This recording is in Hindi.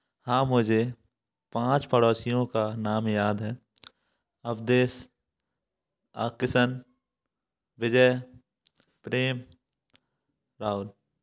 हाँ मुझे पाँच पड़ोसियों का नाम याद है अवधेश अ किशन विजय प्रेम राहुल